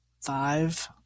five